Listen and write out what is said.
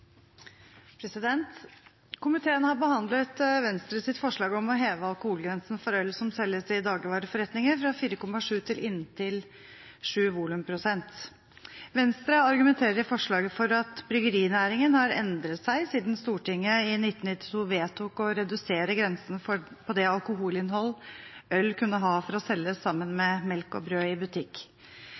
Komiteen har behandlet Venstres forslag om å heve alkoholgrensen for øl som selges i dagligvareforretninger, fra 4,7 volumprosent til inntil 7 volumprosent. Venstre argumenterer i forslaget for at bryggerinæringen har endret seg siden Stortinget i 1992 vedtok å redusere grensen på det alkoholinnhold øl kunne ha for å selges sammen med melk og brød i butikk.